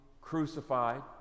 crucified